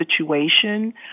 situation